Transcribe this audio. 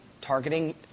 targeting